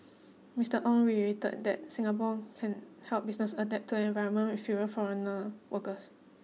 Mister Ong reiterated that Singapore can help businesses adapt to an environment with fewer foreigner workers